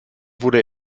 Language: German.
wurde